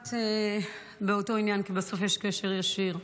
כמעט באותו עניין, כי בסוף יש קשר ישיר.